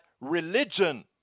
religion